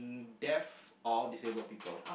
deaf or disabled people